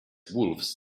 wolves